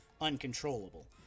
uncontrollable